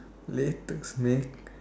latest snack